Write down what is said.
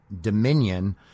Dominion